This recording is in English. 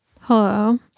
Hello